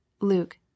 LUKE